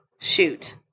shoot